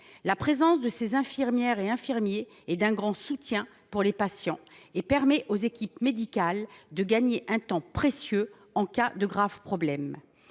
La présence de ces infirmières et infirmiers est d’un grand soutien pour les patients et elle permet aux équipes médicales de gagner un temps précieux en cas de problème